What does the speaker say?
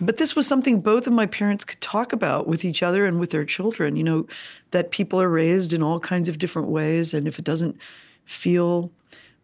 but this was something both of my parents could talk about with each other and with their children you know that people are raised in all kinds of different ways, and if it doesn't feel